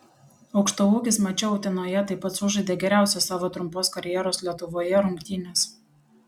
aukštaūgis mače utenoje taip pat sužaidė geriausias savo trumpos karjeros lietuvoje rungtynes